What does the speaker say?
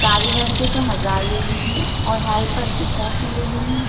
کاریگر کے تو ہزار لے لیجیے اور ہیلپر کے سات سو لے لیجیے